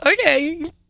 Okay